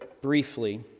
briefly